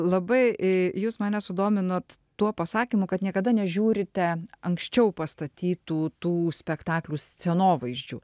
labai jūs mane sudominot tuo pasakymu kad niekada nežiūrite anksčiau pastatytų tų spektaklių scenovaizdžių